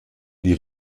die